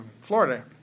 Florida